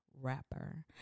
rapper